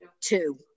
two